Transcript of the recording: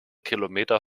kilometer